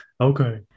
Okay